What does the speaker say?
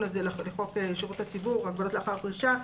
הזה לחוק שירות הציבור (הגבלות לאחר פרישה)